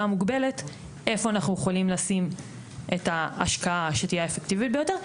המוגבלת איפה אנחנו יכולים לשים את ההשקעה שתהיה האפקטיבית ביותר,